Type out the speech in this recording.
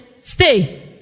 stay